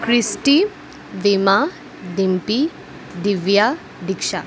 কৃষ্টি ডিমা ডিম্পী দিব্যা দীক্ষা